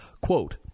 quote